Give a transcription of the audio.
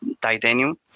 titanium